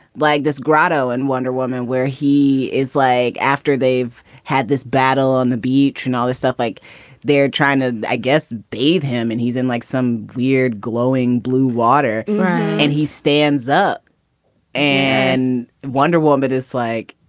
like this grotto and wonder woman, where he is like after they've had this battle on the beach and all this stuff, like they're trying to, i guess, bathe him. and he's in like some weird glowing blue water and he stands up and wonderwoman is like,